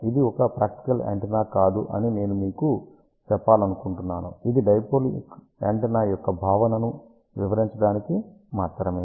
ఇది ఒక practical antenna కాదు అని నేను మీకు చెప్పాలనుకుంటున్నాను ఇది డైపోల్ యాంటెన్నా యొక్క భావనను వివరించడానికి మాత్రమే